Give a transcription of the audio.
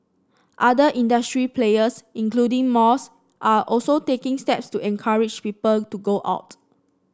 other industry players including malls are also taking steps to encourage people to go out